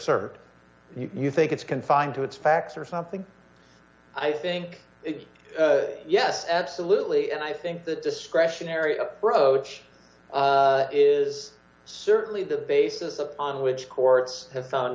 server you think it's confined to it's facts or something i think it yes absolutely and i think that discretionary approach is certainly the basis upon which courts have found